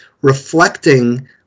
reflecting